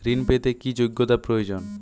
ঋণ পেতে কি যোগ্যতা প্রয়োজন?